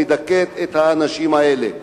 מדכאת את האנשים האלה.